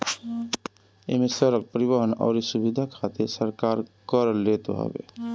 इमे सड़क, परिवहन अउरी सुविधा खातिर सरकार कर लेत हवे